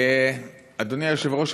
אדוני היושב-ראש,